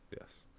Yes